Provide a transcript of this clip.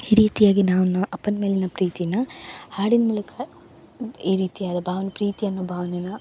ಈ ರೀತಿಯಾಗಿ ನಾನು ಅಪ್ಪನ ಮೇಲಿನ ಪ್ರೀತಿನ ಹಾಡಿನ ಮೂಲಕ ಈ ರೀತಿಯಾದ ಭಾವ್ನೆ ಪ್ರೀತಿ ಅನ್ನೋ ಭಾವ್ನೆನ